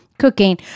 cooking